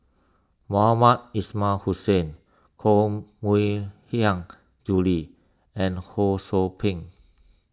Mohamed Ismail Hussain Koh Mui Hiang Julie and Ho Sou Ping